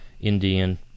indian